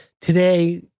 today